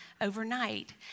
overnight